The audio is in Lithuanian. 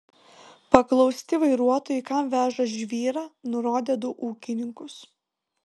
paklausti vairuotojai kam veža žvyrą nurodė du ūkininkus